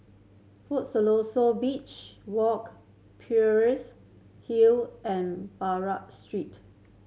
Siloso Beach Walk Peirce Hill and Buroh Street